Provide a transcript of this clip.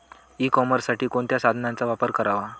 E कॉमर्ससाठी कोणत्या साधनांचा वापर करावा?